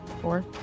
Four